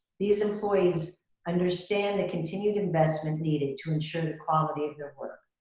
these employees understand the continued investment needed to ensure the quality of their work.